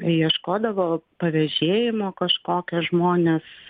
ieškodavo pavežėjimo kažkokio žmonės